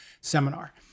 seminar